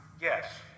Yes